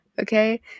okay